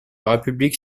république